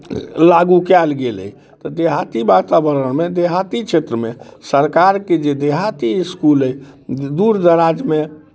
लागू कयल गेल अइ तऽ देहाती वातावरणमे देहाती क्षेत्रमे सरकारके जे देहाती इसकुल अइ दूर दराजमे